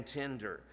tender